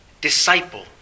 disciple